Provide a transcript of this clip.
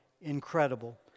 incredible